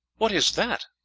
what is that?